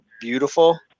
beautiful